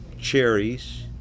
cherries